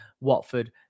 Watford